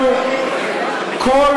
שיתנהגו אלינו כמו שמתנהגים למפגינים יהודים.